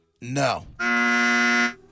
No